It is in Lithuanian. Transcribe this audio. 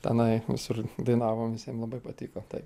tenai visur dainavom visiem labai patiko tai